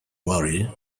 worry